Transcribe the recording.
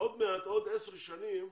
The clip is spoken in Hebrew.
עוד עשר שנים,